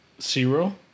zero